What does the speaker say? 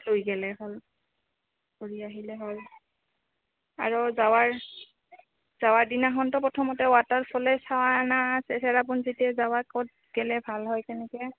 লৈ গ'লে হ'ল ঘূৰি আহিলে হ'ল আৰু যোৱাৰ যোৱাৰ দিনাখনতো প্ৰথমতে ৱাটাৰফলে চোৱা নে চেৰাপুঞ্জিতে যোৱা ক'ত গ'লে ভাল হয় তেনেকৈ